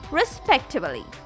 respectively